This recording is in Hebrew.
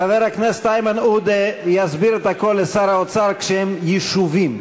חבר הכנסת איימן עודה יסביר את הכול לשר האוצר כשהם ישובים.